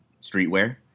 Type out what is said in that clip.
streetwear